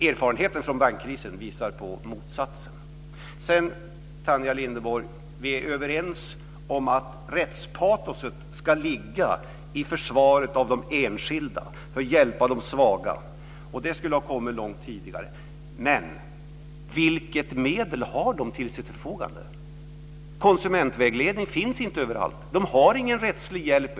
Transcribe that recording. Erfarenheterna från bankkrisen visar på motsatsen. Tanja Linderborg, vi är överens om att rättspatoset ska gälla de enskilda och att vi ska hjälpa de svaga, och det skulle ha kommit långt tidigare. Men vilket medel har de till sitt förfogande? Konsumentvägledning finns inte överallt. De får ingen rättslig hjälp.